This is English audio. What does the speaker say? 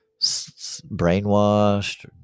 brainwashed